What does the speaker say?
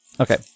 Okay